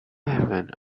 have